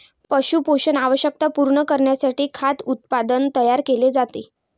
पशु पोषण आवश्यकता पूर्ण करण्यासाठी खाद्य उत्पादन तयार केले जाते